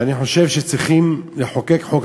ואני חושב שצריכים לחוקק חוק,